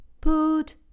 Put